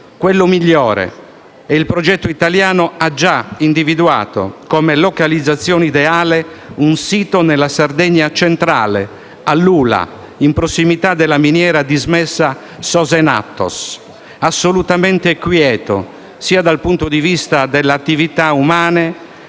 quello migliore e il progetto italiano ha già individuato come localizzazione ideale un sito nella Sardegna centrale, a Lula, in prossimità della miniera dismessa di Sos Enattos, assolutamente quieto, sia dal punto di vista delle attività umane